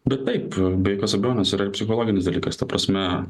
bet taip be jokios abejonės yra ir psichologinis dalykas ta prasme